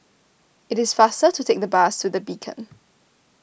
it is faster to take the bus to the Beacon